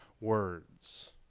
words